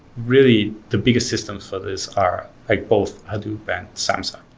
really the biggest systems for these are like both hadoop and samza,